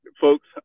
folks